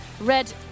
red